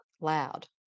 loud